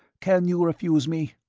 can you refuse me?